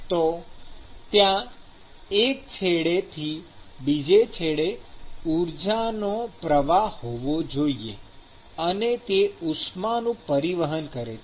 તો ત્યાં એક છેડાથી બીજા છેડે ઊર્જાનો પ્રવાહ હોવો જોઈએ અને તે ઉષ્માનું પરિવહન કરે છે